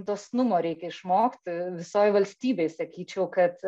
dosnumo reikia išmokti visoj valstybėj sakyčiau kad